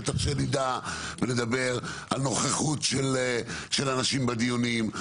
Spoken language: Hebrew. בטח כשנדע ונדבר על נוכחות של אנשים בדיונים,